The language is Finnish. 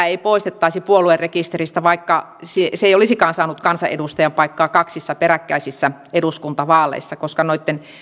ei poistettaisi puoluerekisteristä vaikka se ei olisikaan saanut kansanedustajan paikkaa kaksissa peräkkäisissä eduskuntavaaleissa koska noitten